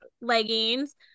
leggings